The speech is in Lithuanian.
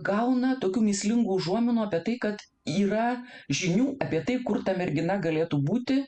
gauna tokių mįslingų užuominų apie tai kad yra žinių apie tai kur ta mergina galėtų būti